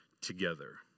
together